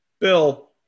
Bill